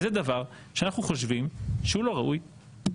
זה דבר שאנחנו חושבים שהוא לא ראוי.